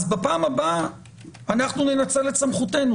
אז בפעם הבאה אנחנו ננצל את סמכותנו.